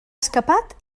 escapat